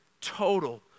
total